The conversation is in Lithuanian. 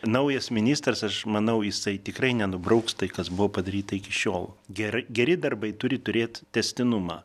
naujas ministras aš manau jisai tikrai nenubrauks tai kas buvo padaryta iki šiol gera geri darbai turi turėt tęstinumą